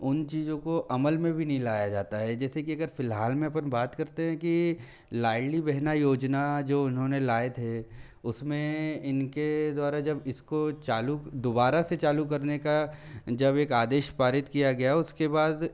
उन चीज़ो को अमल में भी नहीं लाया जाता है जैसे कि अगर फ़िलहाल में अपन बात करते हैं कि लाडली बहना योजना जो उन्होंने लाए थे उसमें इनके द्वारा जब इसको चालू दोबारा से चालू करने का जब एक आदेश पारित किया गया उसके बाद